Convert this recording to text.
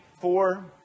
four